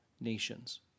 nations